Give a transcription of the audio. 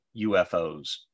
UFOs